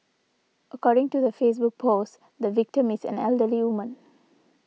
according to the Facebook post the victim is an elderly woman